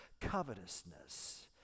covetousness